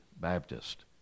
Baptist